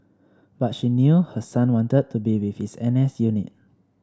but she knew her son wanted to be with his N S unit